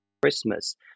Christmas